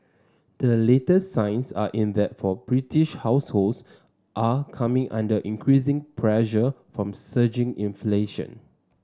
the latest signs are in that British households are coming under increasing pressure from surging inflation